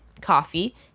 coffee